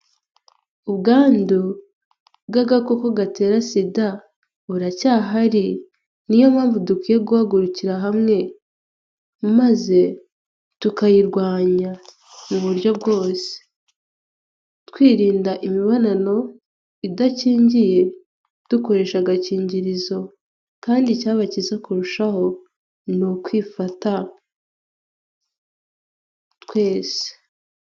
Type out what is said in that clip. Ubwandu bw'agakoko gatera Sida buracyahari, ni yo mpamvu dukwiye guhagurukira hamwe maze tukayirwanya mu buryo bwose. Twirinda imibonano idakingiye dukoresha agakingirizo, kandi icyaba cyiza kurushaho ni ukwifata twese.